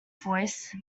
voice